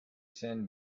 send